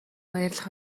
баярлах